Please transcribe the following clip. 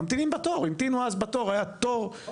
ממתינים בתור, המתינו אז בתור, היה תור.